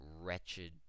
wretched